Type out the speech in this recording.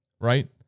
right